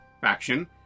faction